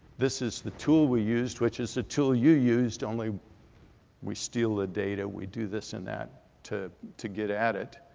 this is the tool we used which is the tool you used, only we steal the data and we do this and that to to get at it,